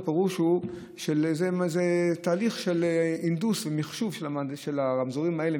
הפירוש הוא שזה תהליך של הנדוס ומחשוב של הרמזורים האלה,